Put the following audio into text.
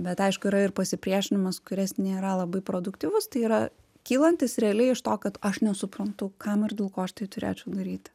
bet aišku yra ir pasipriešinimas kuris nėra labai produktyvus tai yra kylantis realiai iš to kad aš nesuprantu kam ir dėl ko aš tai turėčiau daryti